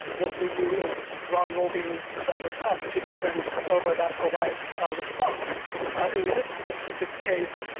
what we do is round-robin the request to different server that provides response but in this specific case,